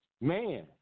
man